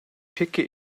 peki